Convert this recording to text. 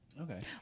Okay